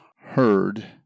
heard